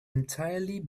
entirely